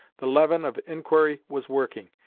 the leaven of inquiry was working,